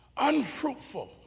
unfruitful